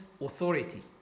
authority